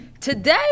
Today